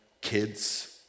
kids